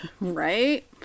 Right